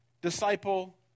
disciple